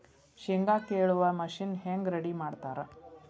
ಶೇಂಗಾ ಕೇಳುವ ಮಿಷನ್ ಹೆಂಗ್ ರೆಡಿ ಮಾಡತಾರ ರಿ?